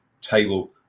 table